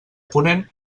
ponent